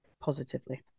positively